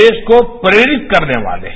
देश को प्रेरित करने वाले हैं